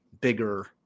bigger